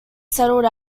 settled